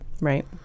Right